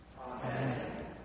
Amen